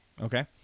Okay